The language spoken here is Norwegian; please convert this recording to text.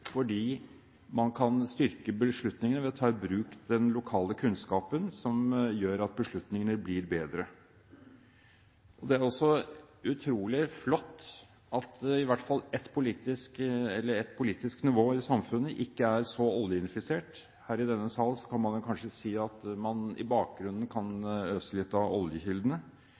man kan styrke beslutningene ved å ta i bruk den lokale kunnskapen som gjør at beslutningene blir bedre. Det er altså utrolig flott at i hvert fall ett politisk nivå i samfunnet ikke er så oljeinfisert. Her i denne sal kan man kanskje si at man i bakgrunnen kan øse litt av oljekildene.